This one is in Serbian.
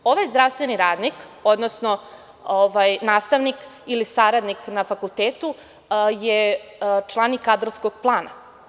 Ovaj zdravstveni radnik, odnosno nastavnik ili saradnik na fakultetu je član i kadrovskog plana.